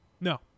No